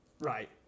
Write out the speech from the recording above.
Right